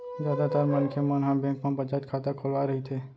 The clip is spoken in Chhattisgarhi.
जादातर मनखे मन ह बेंक म बचत खाता खोलवाए रहिथे